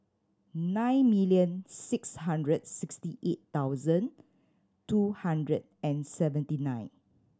nine million six hundred sixty eight thousand two hundred and seventy nine